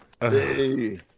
Hey